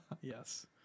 Yes